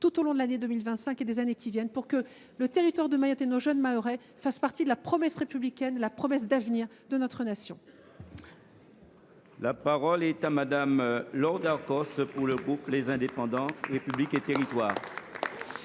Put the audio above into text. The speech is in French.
tout au long de l’année 2025 et des années qui viennent pour que le territoire de Mayotte et nos jeunes Mahorais fassent partie de la promesse républicaine, de la promesse d’avenir de la Nation. La parole est à Mme Laure Darcos, pour le groupe Les Indépendants – République et Territoires.